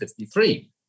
1953